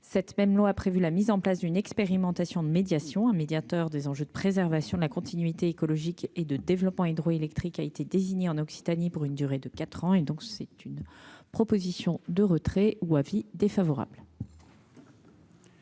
cette même loi prévu la mise en place d'une expérimentation de médiation un médiateur des enjeux de préservation de la continuité écologique et de développement hydroélectrique a été désigné en Occitanie, pour une durée de 4 ans, et donc c'est une proposition de retrait ou avis défavorable.